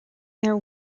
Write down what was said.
their